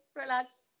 relax